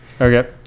Okay